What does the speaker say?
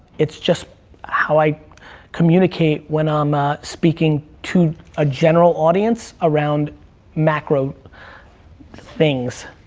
it's just how i communicate when i'm ah speaking to a general audience around macro things.